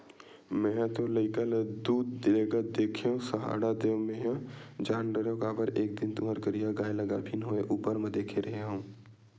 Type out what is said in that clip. मेंहा तोर लइका ल दूद लेगत देखेव सहाड़ा देव मेंहा जान डरेव काबर एक दिन तुँहर करिया गाय ल गाभिन होय ऊपर म देखे रेहे हँव